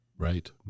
Right